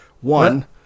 One